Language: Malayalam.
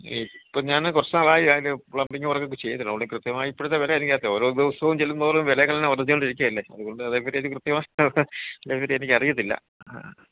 ഇപ്പം ഞാൻ കുറച്ച് നാളായി ഞാൻ പ്ലംബിംഗ് വര്ക്കെക്കെ ചെയ്തിട്ട് അതുകൊണ്ട് കൃത്യമായി ഇപ്പോഴത്തെ വില എനിക്ക് അറിയത്തില്ല ഓരോ ദിവസോം ചെല്ലും തോറും വിലകൾ ഇങ്ങനെ വര്ദ്ധിച്ചോണ്ടിരിക്കുവല്ലേ അതുകൊണ്ട് അതേപ്പറ്റി എനിക്ക് കൃത്യമായ അതിനേപ്പറ്റി എനിക്ക് അറിയത്തില്ല ആ